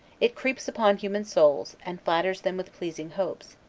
it creeps upon human souls, and flatters them with pleasing hopes,